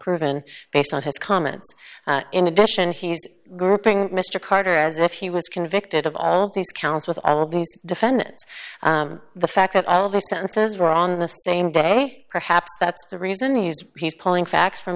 proven based on his comments in addition he's grouping mr carter as if he was convicted of all these counts with all these defendants the fact that all the sentences were on the same day perhaps that's the reason he's he's pulling facts from